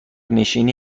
نشینی